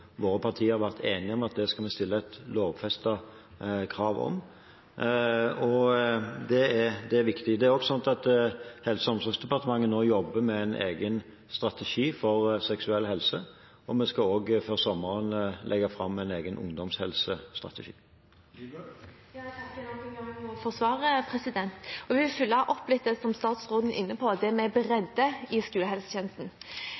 våre partier vært enige om at det skal vi stille et lovfestet krav om. Det er viktig. Det er også sånn at Helse- og omsorgsdepartementet nå jobber med en egen strategi for seksuell helse, og vi skal også før sommeren legge fram en egen ungdomshelsestrategi. Jeg takker nok en gang for svaret, og vil følge opp litt det som statsråden er inne på, det med